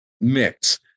mix